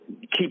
keep